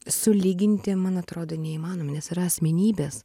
sulyginti man atrodo neįmanoma nes yra asmenybės